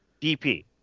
DP